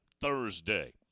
Thursday